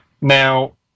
Now